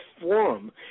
forum